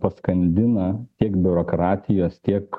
paskandina tiek biurokratijos tiek